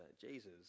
jesus